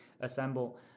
assemble